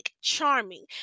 charming